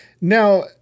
Now